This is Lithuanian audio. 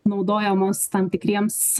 naudojamos tam tikriems